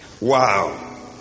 Wow